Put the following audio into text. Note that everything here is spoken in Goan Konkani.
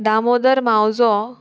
दामोदर मावजो